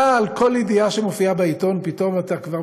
כל ידיעה שמופיעה בעיתון אתה פתאום כבר